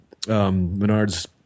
Menards